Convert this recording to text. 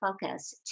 focus